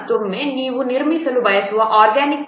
ಮತ್ತೊಮ್ಮೆ ನೀವು ನಿರ್ಮಿಸಲು ಬಯಸುವ ಆರ್ಗ್ಯಾನಿಕ್ ಪ್ರೊಜೆಕ್ಟ್ಗೆ 7